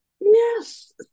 Yes